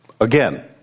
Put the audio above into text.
Again